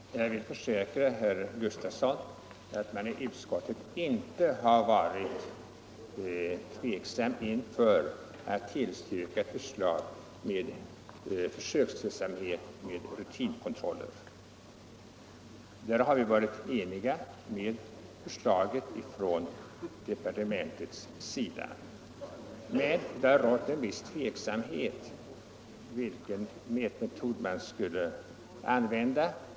Herr talman! Jag försäkrar herr Sven Gustafson i Göteborg att man i utskottet inte varit tveksam inför förslaget om försöksverksamhet med rutinkontroller. På den punkten har vi enhälligt tillstyrkt förslaget från departementet. Men det har rått en viss tveksamhet om vilken mätmetod som skulle användas.